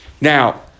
now